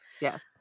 yes